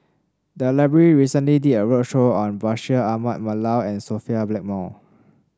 the library recently did a roadshow on Bashir Ahmad Mallal and Sophia Blackmore